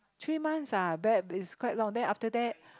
three months ah bad is quite long then after that